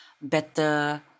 better